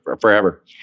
forever